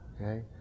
Okay